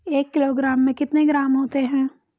एक किलोग्राम में कितने ग्राम होते हैं?